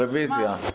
רוויזיה.